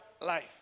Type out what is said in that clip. life